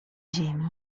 ziemi